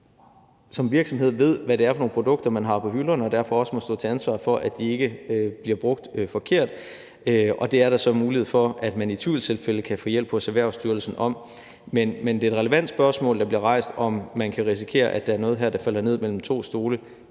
som virksomhed ved, hvad det er for nogle produkter, man har på hylderne, og derfor også må stå til ansvar for, at de ikke bliver brugt forkert, og det er der så mulighed for at man i tvivlstilfælde kan få hjælp hos Erhvervsstyrelsen med. Men det er et relevant spørgsmål, der bliver rejst, med hensyn til om man kan risikere, at der er noget her, der falder ned mellem to stole.